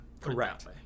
Correct